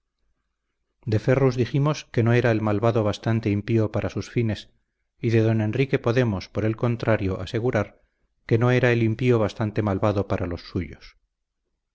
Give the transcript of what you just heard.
de ferrus dijimos que no era el malvado bastante impío para sus fines y de don enrique podemos por el contrario asegurar que no era el impío bastante malvado para los suyos